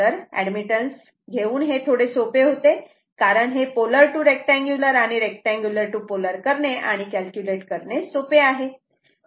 तर ऍडमिटन्स घेऊन हे थोडे सोपे होते कारण हे पोलर टू रेक्टांगुलर आणि रेक्टांगुलर टू पोलर करणे आणि कॅल्क्युलेट करणे सोपे आहे